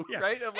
right